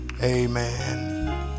amen